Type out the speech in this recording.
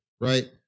right